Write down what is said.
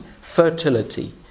fertility